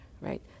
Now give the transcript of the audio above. right